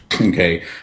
Okay